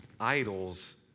idols